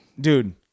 Dude